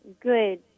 good